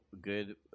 good